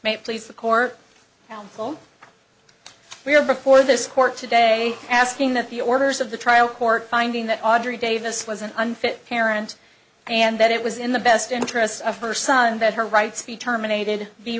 may please the court we were before this court today asking that the orders of the trial court finding that audrey davis was an unfit parent and that it was in the best interests of her son that her rights be terminated